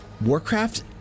Warcraft